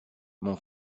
mon